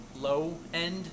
low-end